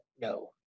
no